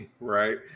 Right